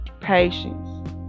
Patience